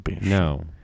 No